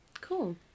cool